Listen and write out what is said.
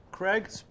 Craig